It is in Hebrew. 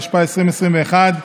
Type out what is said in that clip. התשפ"א 2021,